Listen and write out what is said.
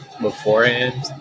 beforehand